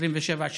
בן 27,